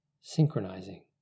synchronizing